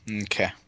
Okay